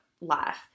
life